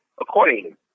accordingly